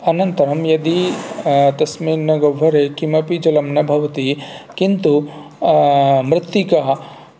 अनन्तरं यदि तस्मिन् गह्वरे किमपि जलं न भवति किन्तु मृत्तिका